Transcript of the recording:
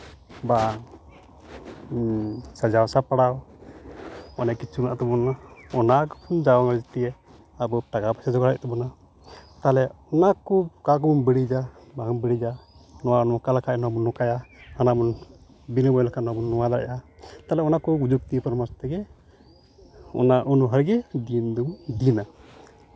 ᱵᱟᱝ ᱥᱟᱡᱟᱣ ᱥᱟᱯᱲᱟᱣ ᱚᱱᱮᱠ ᱠᱤᱪᱷᱩ ᱢᱮᱱᱟᱜ ᱛᱟᱵᱚᱱᱟ ᱚᱱᱟ ᱟᱵᱚ ᱴᱟᱠᱟ ᱯᱚᱭᱥᱟ ᱡᱳᱜᱟᱲ ᱦᱩᱭᱩᱜ ᱛᱟᱵᱳᱱᱟ ᱛᱟᱦᱚᱞᱮ ᱚᱱᱟ ᱠᱚ ᱚᱠᱟ ᱠᱚᱵᱚᱱ ᱵᱟᱹᱲᱤᱡᱟ ᱵᱟᱝ ᱵᱟᱹᱲᱤᱡᱟ ᱱᱚᱣᱟ ᱱᱚᱝᱠᱟ ᱞᱮᱠᱷᱟᱱ ᱵᱚᱱ ᱱᱚᱝᱠᱟᱭᱟ ᱚᱱᱟ ᱵᱤᱱᱟᱹ ᱫᱟᱲᱮᱭᱟᱜᱼᱟ ᱛᱟᱦᱚᱞᱮ ᱚᱱᱟᱠᱚ ᱡᱩᱠᱛᱤ ᱯᱚᱨᱟᱢᱮᱥ ᱛᱮᱜᱮ ᱚᱱᱟ ᱚᱱᱩᱡᱟᱭᱮ ᱜᱮ ᱫᱤᱱ ᱫᱚᱵᱚᱱ ᱫᱤᱱᱟ